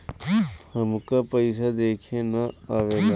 हमका पइसा देखे ना आवेला?